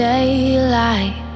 Daylight